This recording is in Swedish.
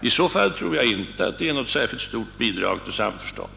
I så fall tror jag inte att det är något särskilt stort bidrag till samförstånd.